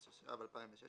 התשע"ו 2016